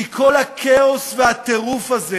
כי כל הכאוס והטירוף הזה,